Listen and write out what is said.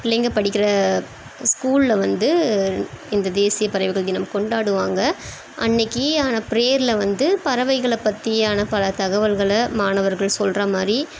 பிள்ளைங்கள் படிக்கிற ஸ்கூலில் வந்து இந்த தேசியப் பறவைகள் தினம் கொண்டாடுவாங்க அன்னைக்கு ஆனால் ப்ரேயரில் வந்து பறவைகளைப் பற்றியான பல தகவல்களை மாணவர்கள் சொல்கிறா மாதிரி